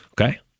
okay